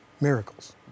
Miracles